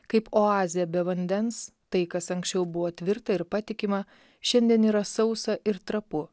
kaip oazė be vandens tai kas anksčiau buvo tvirta ir patikima šiandien yra sausa ir trapu